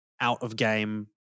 out-of-game